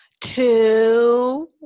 Two